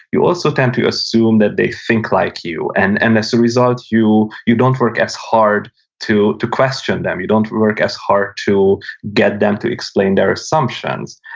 you also tend to assume that they think like you, and and as a result, you you don't work as hard to to question them. you don't work as hard to get them to explain their assumptions,